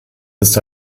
ist